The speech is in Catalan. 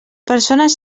persones